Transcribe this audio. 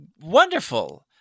Wonderful